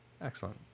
excellent